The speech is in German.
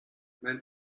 mein